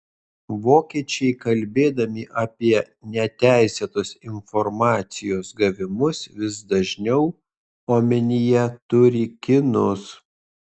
vokiečiai kalbėdami apie neteisėtus informacijos gavimus vis dažniau omenyje turi kinus